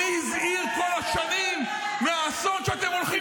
מי הזהיר בכל השנים מהאסון שאתם הולכים